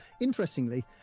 Interestingly